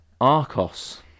arcos